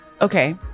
Okay